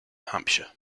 hampshire